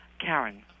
Karen